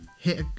Hit